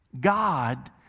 God